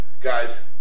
Guys